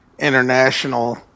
international